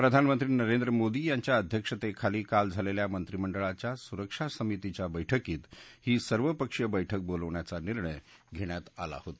प्रधानमंत्री नरेंद्र मोदी यांच्या अध्यक्षतेखाली काल झालेल्या मंत्रिमंडळाच्या सुरक्षा समितीच्या बैठकीत ही सर्वपक्षीय बैठक बोलावण्याचा निर्णय घेण्यात आला होता